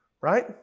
right